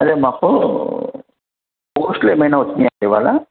అదే మాకూ పోస్ట్లు ఏమైనా వచ్చినాయండి ఇవాళ